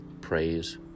praise